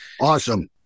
awesome